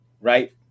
right